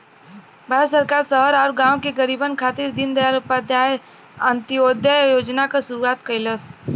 भारत सरकार शहर आउर गाँव के गरीबन खातिर दीनदयाल उपाध्याय अंत्योदय योजना क शुरूआत कइलस